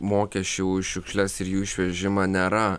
mokesčių už šiukšles ir jų išvežimą nėra